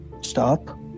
Stop